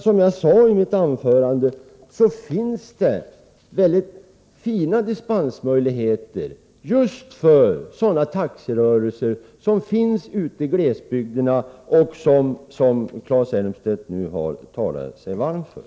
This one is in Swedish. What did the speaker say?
Som jag sade i mitt anförande finns det fina möjligheter till dispens för sådana taxirörelser ute i glesbygderna som Claes Elmstedt nu har talat sig varm för.